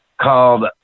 called